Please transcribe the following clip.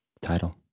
title